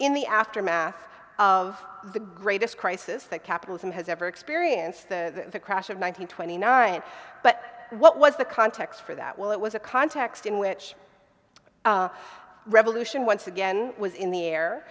in the aftermath of the greatest crisis that capitalism has ever experienced the crash of one hundred twenty nine but what was the context for that well it was a context in which revolution once again was in the air